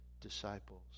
disciples